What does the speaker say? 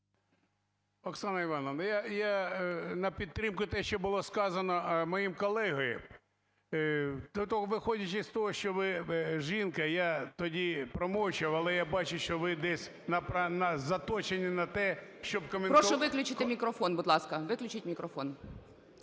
Оксана Іванівна, я на підтримку те, що було сказано моїм колегою. Виходячи з того, що ви жінка, я тоді промовчав, але я бачу, що ви десь заточені на те, щоб… ГОЛОВУЮЧИЙ. Прошу виключити мікрофон, будь ласка. Виключіть мікрофон.